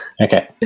Okay